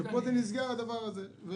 שפה זה נסגר הדבר הזה.